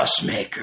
crossmaker